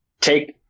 take